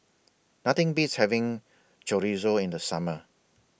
Nothing Beats having Chorizo in The Summer